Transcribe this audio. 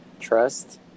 trust